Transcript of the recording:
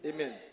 Amen